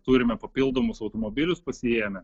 turime papildomus automobilius pasiėmę